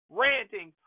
ranting